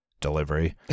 delivery